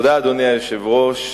אדוני היושב-ראש,